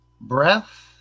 Breath